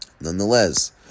Nonetheless